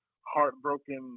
heartbroken